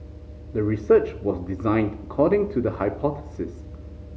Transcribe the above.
the research was designed according to the hypothesis